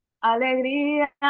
Alegría